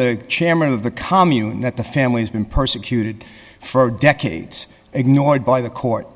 the chairman of the commune at the family's been persecuted for decades ignored by the court